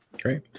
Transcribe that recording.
Great